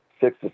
six